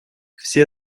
все